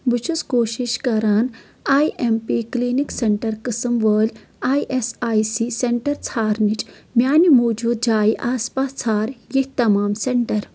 بہٕ چھُس کوٗشِش کران آیۍ ایٚم پی کلِنِک سینٹر قٕسم وٲلۍ آیۍ ایس آٮٔۍ سی سینٹر ژھانڑنٕچ، میانہِ موٗجوٗدٕ جایہِ آس پاس ژھانڑ یِتھۍ تمام سینٹر